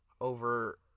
over